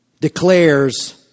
declares